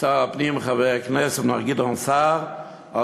שר הפנים חבר הכנסת מר גדעון סער על